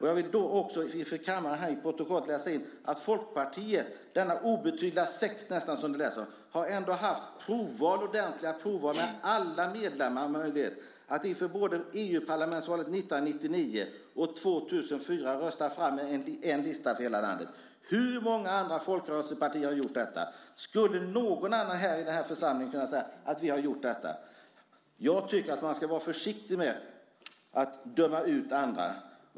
Jag vill inför kammaren till protokollet läsa in att Folkpartiet, denna obetydliga sekt som det lät som, ändå har haft ordentliga provval med möjlighet för alla medlemmar att inför EU-parlamentsvalen både 1999 och 2004 rösta fram en lista för hela landet. Hur många andra folkrörelsepartier har gjort detta? Skulle någon annan i den här församlingen kunna säga att man har gjort detta? Jag tycker att man ska vara försiktig med att döma ut andra.